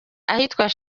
ahitwa